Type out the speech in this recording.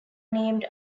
named